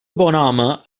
bonhome